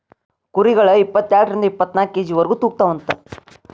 ಕುರಿಗಳ ಇಪ್ಪತೆರಡರಿಂದ ಇಪ್ಪತ್ತನಾಕ ಕೆ.ಜಿ ವರೆಗು ತೂಗತಾವಂತ